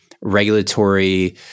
regulatory